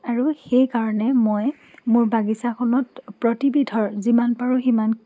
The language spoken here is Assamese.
আৰু সেইকাৰণে মই মোৰ বাগিচাখনত প্ৰতিবিধৰ যিমান পাৰোঁ সিমান